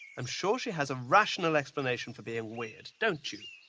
i'm sure she has a rational explanation for being weird, don't you,